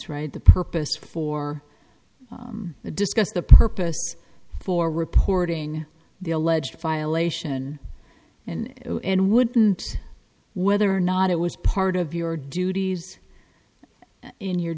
right the purpose for the discuss the purpose for reporting the alleged violation and and wouldn't whether or not it was part of your duties in your